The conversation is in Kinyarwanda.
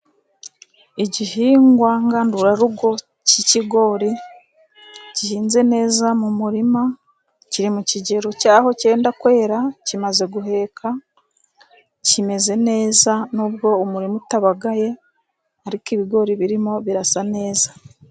Igihingwa ngandurarugo cy'ikigori gihinze neza mu murima, kiri mu kigero cy'aho cyenda kwera, kimaze guheka kimeze neza, n'ubwo umurima utabagaye, ariko ibigori birimo birasa neza.